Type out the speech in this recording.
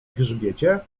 grzbiecie